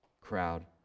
crowd